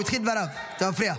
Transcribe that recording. הוא התחיל את דבריו, אתה מפריע.